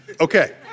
Okay